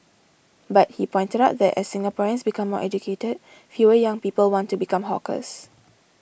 but he pointed out that as Singaporeans become more educated fewer young people want to become hawkers